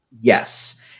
Yes